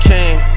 King